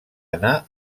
anar